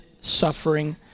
suffering